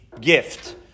gift